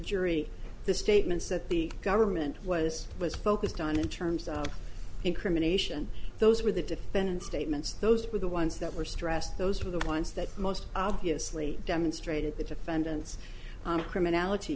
the statements that the government was was focused on in terms of incrimination those were the defendant's statements those were the ones that were stressed those were the ones that most obviously demonstrated the defendant's crimin